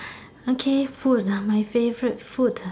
okay food uh my favourite food ah